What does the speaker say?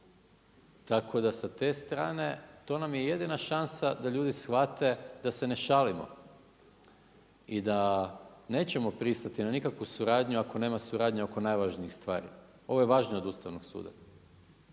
tako da sa te strane to nam je jedina šansa da ljudi shvate da se ne šalimo i da nećemo pristati na nikakvu suradnju ako nema suradnje oko najvažnijih stvari. Ovo je važnije od Ustavnog suda.